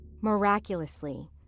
Miraculously